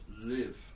live